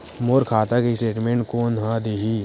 मोर खाता के स्टेटमेंट कोन ह देही?